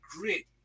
great